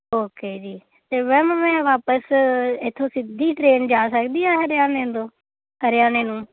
okay ਜੀ ਅਤੇ ma'am ਮੈਂ ਵਾਪਸ ਇੱਥੋਂ ਸਿੱਧੀ ਟਰੇਨ ਜਾ ਸਕਦੀ ਹਾਂ ਹਰਿਆਣੇ ਤੋਂ ਹਰਿਆਣੇ ਨੂੰ